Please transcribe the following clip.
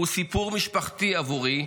הוא סיפור משפחתי עבורי,